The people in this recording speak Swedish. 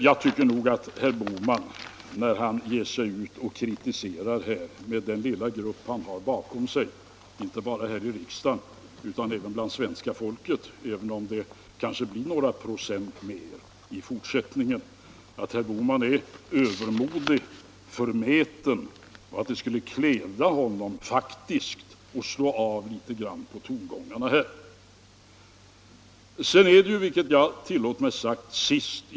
Jag tycker att herr Bohman är övermodig och förmäten när han ger sig ut och kritiserar som han gör med den lilla grupp han har bakom sig, inte bara här i riksdagen utan också bland svenska folket, även om den kanske blir några procent större i fortsättningen. Det skulle faktiskt kläda herr Bohman att dämpa tongångarna något. Jag vill sedan ta upp den fråga jag berörde sist i mitt inlägg.